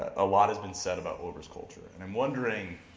ah a lot has been said about uber's culture. and i'm wondering,